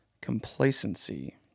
complacency